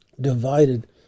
divided